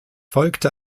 folgte